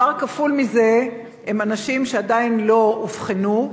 מספר כפול מזה הם אנשים שעדיין לא אובחנו,